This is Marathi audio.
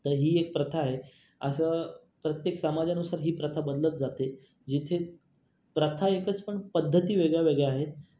तर ही एक प्रथा आहे असं प्रत्येक समाजानुसार ही प्रथा बदलत जाते जिथे प्रथा एकच पण पद्धती वेगळ्यावेगळ्या आहेत